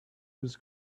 was